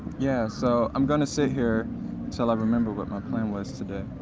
yeah, so, i'm going to sit here until i remember what my plan was today.